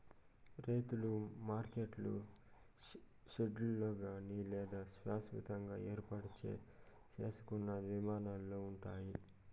రైతుల మార్కెట్లు షెడ్లలో కానీ లేదా శాస్వతంగా ఏర్పాటు సేసుకున్న నిర్మాణాలలో ఉంటాయి